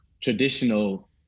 traditional